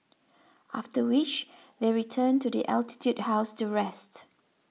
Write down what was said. after which they return to the Altitude House to rest